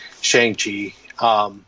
Shang-Chi